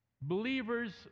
Believers